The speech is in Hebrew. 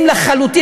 זהים לחלוטין.